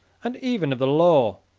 and even of the law.